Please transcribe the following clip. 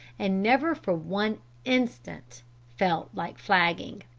and never for one instant felt like flagging.